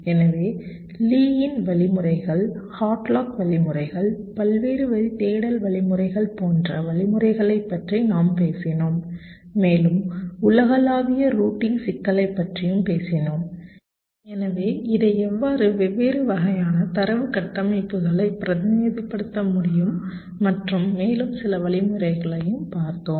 எனவே லீயின் வழிமுறைகள் ஹாட்லாக் வழிமுறைகள் பல்வேறு வரி தேடல் வழிமுறைகள் போன்ற வழிமுறைகளைப் பற்றி நாம் பேசினோம் மேலும் உலகளாவிய ரூட்டிங் சிக்கலைப் பற்றியும் பேசினோம் எனவே இதை எவ்வாறு வெவ்வேறு வகையான தரவு கட்டமைப்புகளை பிரதிநிதித்துவப்படுத்த முடியும் மற்றும் மேலும் சில வழிமுறைகளையும் பார்த்தோம்